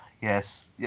yes